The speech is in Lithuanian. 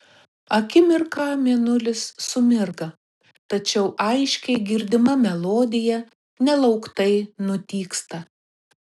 akimirką mėnulis sumirga tačiau aiškiai girdima melodija nelauktai nutyksta